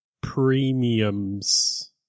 Premiums